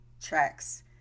tracks